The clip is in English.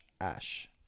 ash